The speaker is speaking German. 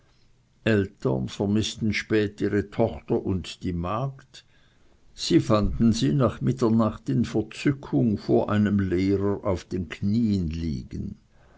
eltern vermißten spät ihre tochter und die magd sie fanden sie nach mitternacht in verzückung vor einem lehrer auf den knien liegen